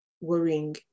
worrying